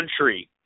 country